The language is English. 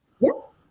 Yes